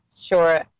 Sure